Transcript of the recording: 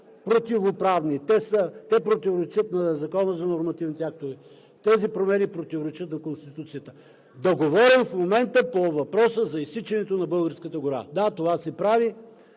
противоправни?! Те противоречат на Закона за нормативните актове, промените противоречат на Конституцията – да говорим в момента по въпроса за изсичането на българската гора?! Да, това се прави.